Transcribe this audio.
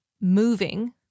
moving